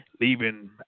leaving